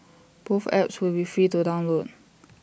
both apps will be free to download